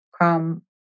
come